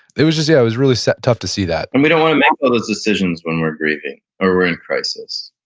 it was just yeah, it was really tough to see that and we don't want to make all those decisions when we're grieving or we're in crisis.